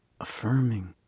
affirming